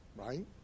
right